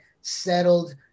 settled